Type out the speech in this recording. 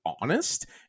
honest